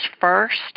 first